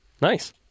Nice